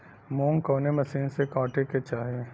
मूंग कवने मसीन से कांटेके चाही?